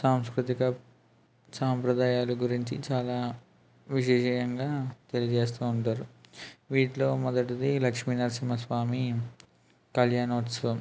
సాంస్కృతిక సంప్రదాయాలు గురించి చాలా విజిజెయంగా తెలియజేస్తూ ఉంటారు వీటిలో మొదటిది లక్ష్మి నరసింహ స్వామి కళ్యాణోత్సవం